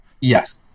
Yes